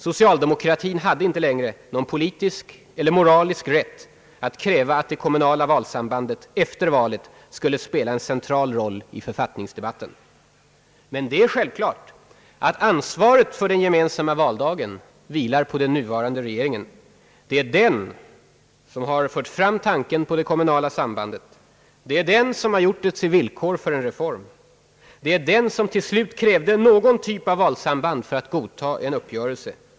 Socialdemokratin hade inte längre någon politisk eller moralisk rätt att kräva att det kommunala valsambandet efter valet skulle spela en central roll i författningsdebatten.» Men det är självklart att ansvaret för den gemensamma valdagen vilar på den nuvarande regeringen. Det är den som fört fram tanken på det kommunala sambandet, det är den som har gjort detta till ett villkor för en reform, det är den som till slut krävde någon typ av valsamband för att godta en uppgörelse.